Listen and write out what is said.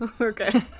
Okay